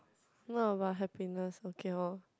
not about happiness okay lor